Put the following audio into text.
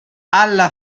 alla